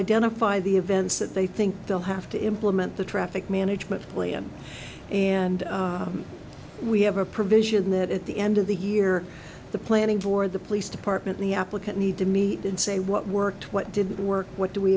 identify the events that they think they'll have to implement the traffic management plan and we have a provision that at the end of the year the planning for the police department the applicant need to meet and say what worked what didn't work what do we